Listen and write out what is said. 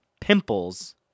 pimples